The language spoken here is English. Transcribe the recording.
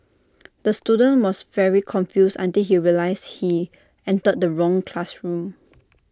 the student was very confused until he realised he entered the wrong classroom